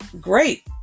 great